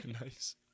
Nice